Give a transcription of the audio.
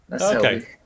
Okay